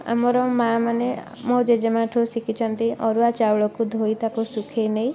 ଆମର ମାଁମାନେ ମୋ ଜେଜେମା'ଠୁ ଶିଖିଛନ୍ତି ଅରୁଆ ଚାଉଳକୁ ଧୋଇ ତାକୁ ଶୁଖାଇ ନେଇ